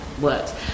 works